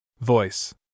Voice